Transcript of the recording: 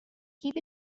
keep